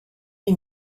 lui